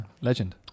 legend